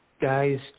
guys